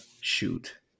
shoot